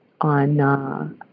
on